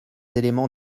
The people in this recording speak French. éléments